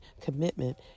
commitment